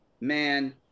Man